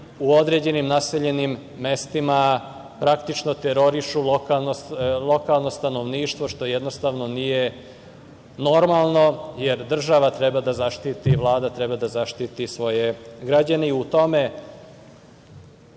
u određenim naseljenim mestima praktično terorišu lokalno stanovništvo, što jednostavno nije normalno, jer država treba da zaštiti, Vlada treba da zaštiti svoje građane. U tome,